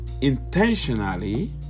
intentionally